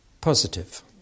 positive